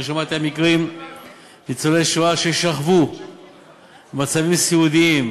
שמעתי על מקרים של ניצולי שואה ששכבו במצבים סיעודיים,